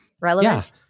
relevant